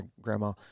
grandma